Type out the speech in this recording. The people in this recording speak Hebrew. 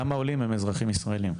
גם העולים הם אזרחים ישראלים.